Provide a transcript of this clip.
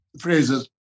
phrases